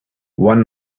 one